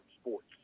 sports